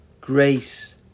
Grace